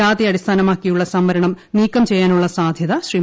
ജാ്തി അടിസ്ഥാനമാക്കിയുള്ള സംവരണം നീക്കം ചെയ്യാനഉള്ള സാധ്യതയും ശ്രീ